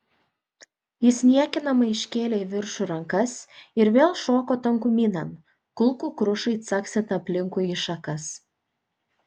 jis niekinamai iškėlė į viršų rankas ir vėl šoko tankumynan kulkų krušai caksint aplinkui į šakas